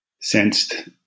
sensed